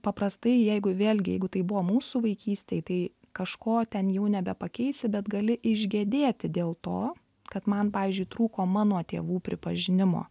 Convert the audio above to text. paprastai jeigu vėlgi jeigu tai buvo mūsų vaikystėj tai kažko ten jau nebepakeisi bet gali išgedėti dėl to kad man pavyzdžiui trūko mano tėvų pripažinimo